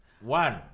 one